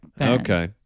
Okay